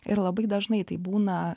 ir labai dažnai tai būna